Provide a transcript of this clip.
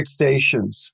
fixations